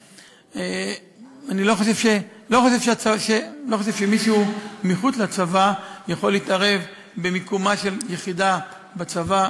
אני לא חושב שמישהו מחוץ לצבא יכול להתערב במיקומה של יחידה בצבא,